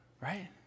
right